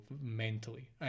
mentally